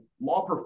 law